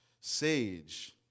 sage